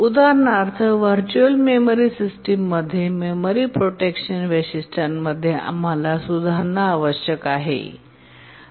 उदाहरणार्थ virtual memory system मध्ये आणि मेमरी प्रोटेक्शन वैशिष्ट्यांमध्ये आम्हाला सुधारणे आवश्यक आहे